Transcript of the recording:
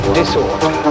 disorder